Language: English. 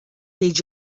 read